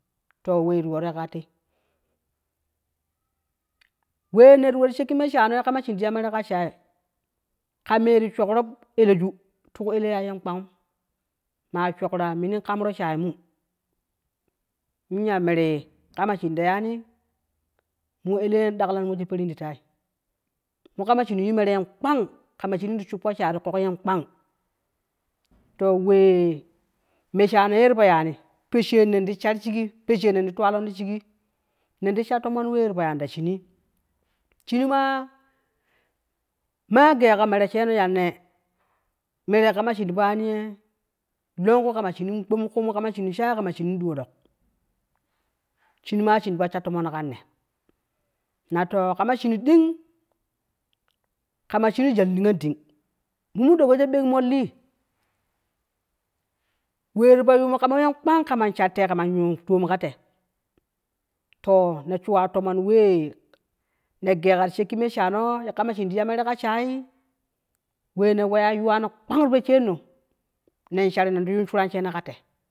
To wee ti yoroo ka te, we ne ti we shige meshano kama shin ti ya mere ka sha, ka meti shkuro eleju, to ku ele ye yen kpangmu, ma shkura mini karmi shayemu men ya mere kama shin ta yani mo eleeye daklari wejo peren ti tei mo kama shin yu mere yen kpang, kama shine ti shupo shii ti kogon kpang to we meshanay ti fo yani poshere no ti shan shege, poshereno te twelomn to shige me ti sha toomon we ti yana ta shini shin ma ma geika mere sheno ya ne mere ye kama shin ti fo tané ye slonku ne kama shin kmoku shii, kama shine dulon. Shin ma shin ti fo sha toomon kan ne, na to kama shin dim kama shin jul niyodéri, mo mori ɗok wejo loweke mol, we ti fo yumu kan yen kpang, kama shatei kan yunu tomo ka tei to ne shuwa toomon we ne gei ka ti shakke me shano ya kama shin ti ya mere ka shin wene weya yuwa no kpang ti poshereno ne share ne ti yu shura sheno ka tei.